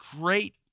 great